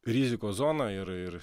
rizikos zona ir ir